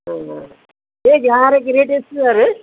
ಹಾಂ ಹೇಗೆ ಹಾರಕ್ಕೆ ರೇಟ್ ಎಷ್ಟು ಸರ್